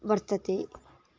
वर्तते